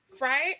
Right